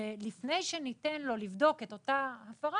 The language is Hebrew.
לפני שניתן לו לבדוק את אותה הפרה,